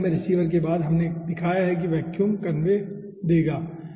gas line में receiver के बाद हमने दिखाया है कि वैक्यूम कन्वे देगा